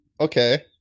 Okay